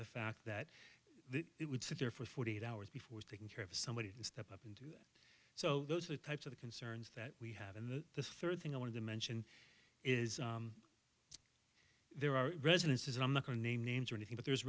the fact that it would sit there for forty eight hours before taking care of somebody to step up so those are the types of the concerns that we have and the third thing i wanted to mention is there are residences and i'm not going to name names or anything but there's